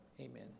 Amen